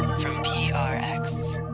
from prx